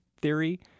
theory